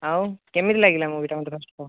ଆଉ କେମିତି ଲାଗିଲା ମୁଭିଟା ମୋତେ ଫାର୍ଷ୍ଟ କୁହ